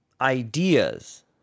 ideas